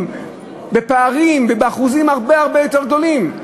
בפערים ובאחוזים הרבה הרבה יותר גדולים.